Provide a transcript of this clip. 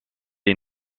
est